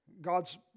God's